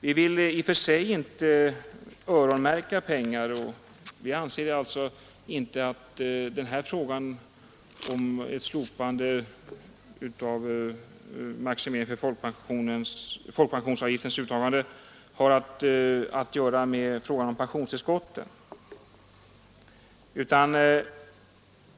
Vi vill i och för sig inte öronmärka några pengar, och vi anser inte att frågan om ett slopande av maximeringen när det gäller folkpensionsavgiftens uttagande har någonting att göra med frågan om pensionstillskotten.